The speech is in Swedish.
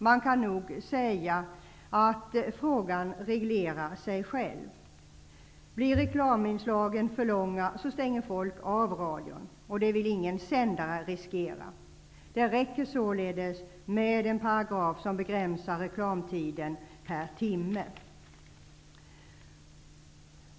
Man kan nog säga att frågan reglerar sig själv. Blir reklaminslagen för långa stänger folk av radion, och det vill ingen sändare riskera. Det räcker således med en paragraf som begränsar reklamtiden per timme.